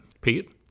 Pete